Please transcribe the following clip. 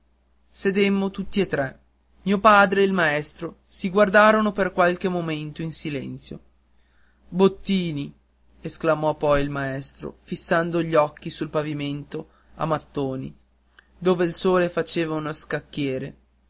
sedemmo tutti e tre mio padre e il maestro si guardarono per qualche momento in silenzio bottini esclamò poi il maestro fissando gli occhi sul pavimento a mattoni dove il sole faceva uno scacchiere